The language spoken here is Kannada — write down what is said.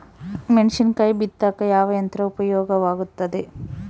ಮೆಣಸಿನಕಾಯಿ ಬಿತ್ತಾಕ ಯಾವ ಯಂತ್ರ ಉಪಯೋಗವಾಗುತ್ತೆ?